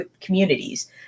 communities